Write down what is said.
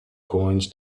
coins